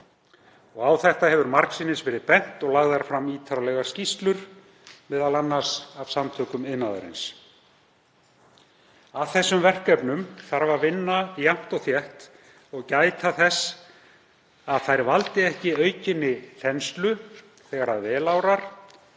Á það hefur margsinnis verið bent og lagðar fram ítarlegar skýrslur, m.a. af Samtökum iðnaðarins. Að þessum verkefnum þarf að vinna jafnt og þétt og gæta þess að þau valdi ekki aukinni þenslu þegar vel árar